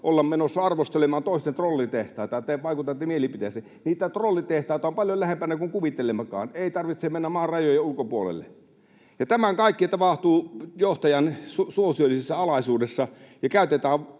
olla menossa arvostelemaan toisten trollitehtaita, että te vaikutatte mielipiteeseen. Niitä trollitehtaita on paljon lähempänä kuin kuvittelemmekaan, ei tarvitse mennä maan rajojen ulkopuolelle. Ja tämä kaikki tapahtuu johtajan suosiollisessa alaisuudessa, ja